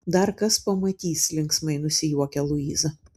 dar kas pamatys linksmai nusijuokia luiza